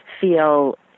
feel